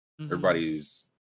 everybody's